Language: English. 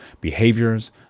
behaviors